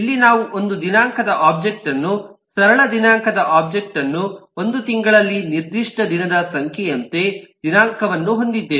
ಇಲ್ಲಿ ನಾವು ಒಂದು ದಿನಾಂಕದ ಒಬ್ಜೆಕ್ಟ್ ಅನ್ನು ಸರಳ ದಿನಾಂಕದ ಒಬ್ಜೆಕ್ಟ್ ಅನ್ನು ಒಂದು ತಿಂಗಳಲ್ಲಿ ನಿರ್ದಿಷ್ಟ ದಿನದ ಸಂಖ್ಯೆಯಂತೆ ದಿನಾಂಕವನ್ನು ಹೊಂದಿದ್ದೇವೆ